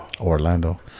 Orlando